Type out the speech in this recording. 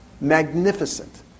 Magnificent